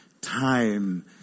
time